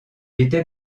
était